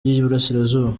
y’iburasirazuba